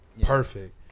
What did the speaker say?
perfect